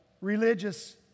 religious